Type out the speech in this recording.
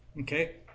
Okay